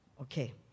Okay